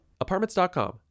apartments.com